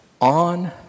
on